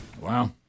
Wow